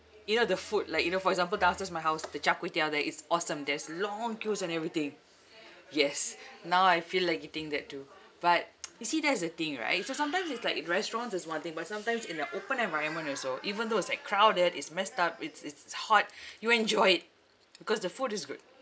you know the food like you know for example downstairs my house the char kway teow there is awesome there's long queues and everything yes now I feel like eating that too but you see that's the thing right so sometimes it's like in restaurants is one thing but sometimes in a open environment also even though it's like crowded it's messed up it's it's hot you enjoy it because the food is good